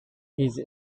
his